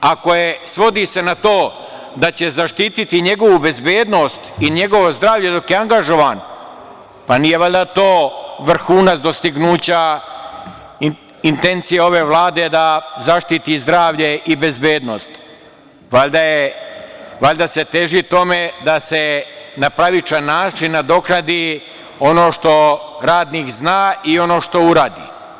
Ako se svodi na to da će zaštititi njegovu bezbednost i njegovo zdravlje dok je angažovan, pa nije valjda to vrhunac dostignuća intencije ove Vlade da zaštiti zdravlje i bezbednost, valjda se teži tome da se na pravičan način nadoknadi ono što radnik zna i ono što uradi.